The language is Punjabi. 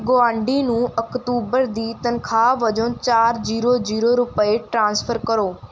ਗੁਆਂਢੀ ਨੂੰ ਅਕਤੂਬਰ ਦੀ ਤਨਖਾਹ ਵਜੋਂ ਚਾਰ ਜੀਰੋ ਜੀਰੋ ਰੁਪਏ ਟ੍ਰਾਂਸਫਰ ਕਰੋ